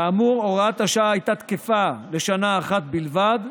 כאמור, הוראת השעה הייתה תקפה לשנה אחת בלבד,